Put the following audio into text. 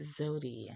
Zodi